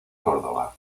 córdoba